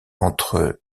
entre